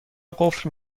قفل